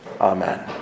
Amen